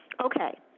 Okay